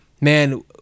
man